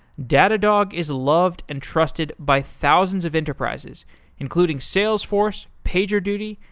datadog is loved and trusted by thousands of enterprises including salesforce, pagerduty,